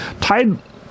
Tide